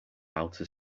outer